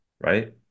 right